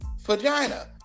vagina